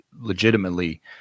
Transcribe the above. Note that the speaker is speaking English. legitimately